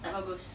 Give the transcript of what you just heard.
tak bagus